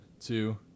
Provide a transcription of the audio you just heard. two